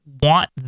want